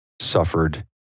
suffered